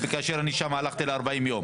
כאשר הוא יודע שמי שחבר ועד מקבל פי שתיים ממנו.